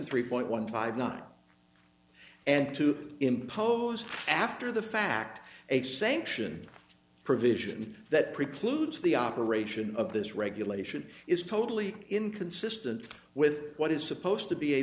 three point one five nine and two imposed after the fact a sanction provision that precludes the operation of this regulation is totally inconsistent with what is supposed to be a